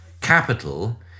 capital